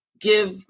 give